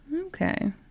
Okay